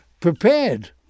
prepared